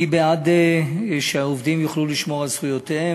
אני בעד שהעובדים יוכלו לשמור על זכויותיהם